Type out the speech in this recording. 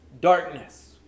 darkness